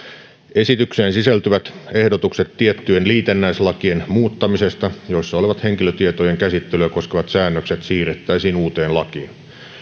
esitykseen sisältyvät ehdotukset tiettyjen liitännäislakien muuttamisesta joissa olevat henkilötietojen käsittelyä koskevat säännökset siirrettäisiin uuteen lakiin